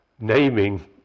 naming